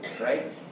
right